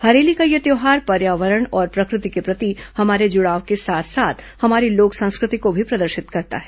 हरेली का यह त्यौहार पर्यावरण और प्रकृति के प्रति हमारे जुड़ाव के साथ साथ हमारी लोक संस्कृति को भी प्रदर्शित करता है